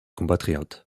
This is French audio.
compatriotes